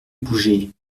bouger